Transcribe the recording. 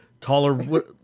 taller